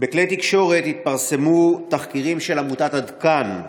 בכלי תקשורת התפרסמו תחקירים של עמותת עד כאן,